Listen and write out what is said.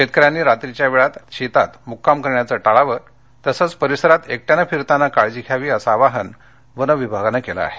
शेतकऱ्यांनी रात्रीच्या वेळात शेतात मुक्काम करण्याचे टाळाव तसंच परिसरात एकट्याने फिरताना काळजी घ्यावी अस आवाहन वनविभागाने केल आहे